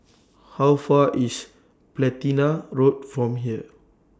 How Far IS Platina Road from here